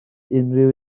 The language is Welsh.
unrhyw